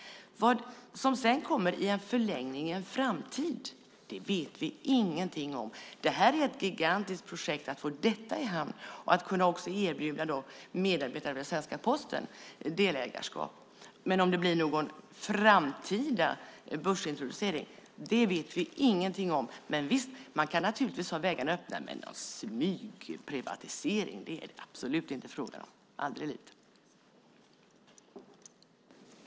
Vad som sedan kommer i en förlängning i en framtid vet vi ingenting om. Det är ett gigantiskt projekt att få detta i hamn och att också kunna erbjuda medarbetare vid svenska Posten delägarskap. Om det blir någon framtida börsintroducering vet vi ingenting om. Visst, man kan naturligtvis ha vägarna öppna, men någon smygprivatisering är det absolut inte fråga om - aldrig i livet.